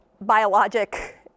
biologic